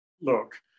look